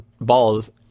balls